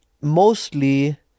mostly